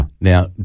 Now